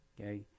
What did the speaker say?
okay